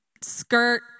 skirt